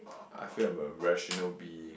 I feel I'm a rational being